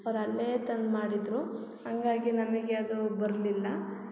ಅವ್ರು ಅಲ್ಲೇ ತಂದು ಮಾಡಿದ್ದರು ಹಂಗಾಗಿ ನಮಗೆ ಅದು ಬರಲಿಲ್ಲ